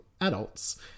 adults